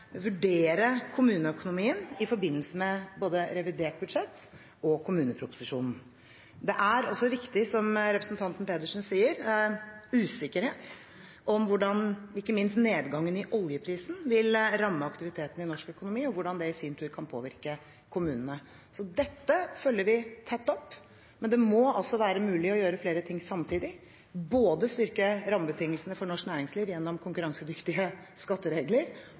vurdere kommuneøkonomien i forbindelse med både revidert nasjonalbudsjett og kommuneproposisjonen. Det er også riktig, som representanten Pedersen sier, at det er usikkerhet om hvordan ikke minst nedgangen i oljeprisen vil ramme aktiviteten i norsk økonomi, og hvordan det i sin tur kan påvirke kommunene. Dette følger vi tett opp, men det må også være mulig å gjøre flere ting samtidig, både styrke rammebetingelsene for norsk næringsliv gjennom konkurransedyktige skatteregler